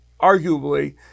arguably